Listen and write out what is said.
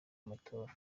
amatora